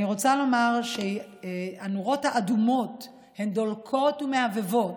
אני רוצה לומר שהנורות האדומות דולקות ומהבהבות.